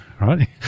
right